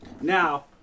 Now